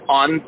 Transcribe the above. on